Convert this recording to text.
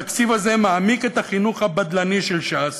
התקציב הזה מעמיק את החינוך הבדלני של ש"ס